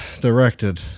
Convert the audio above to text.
directed